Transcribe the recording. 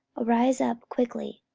arise up quickly.